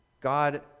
God